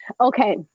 Okay